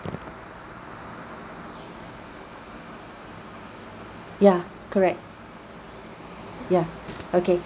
ya correct ya okay